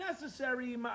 necessary